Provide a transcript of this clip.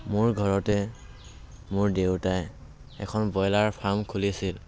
মোৰ ঘৰতে মোৰ দেউতাই এখন ব্ৰইলাৰ ফাৰ্ম খুলিছিল